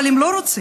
אבל אם לא רוצים,